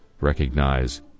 recognize